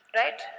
right